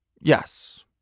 Yes